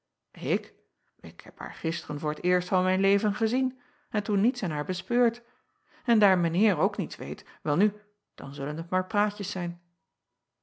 k ik heb haar gisteren voor t eerst van mijn leven gezien en toen niets in haar bespeurd n daar mijn eer ook niets weet welnu dan zullen t maar praatjes zijn